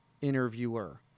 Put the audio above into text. interviewer